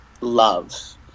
love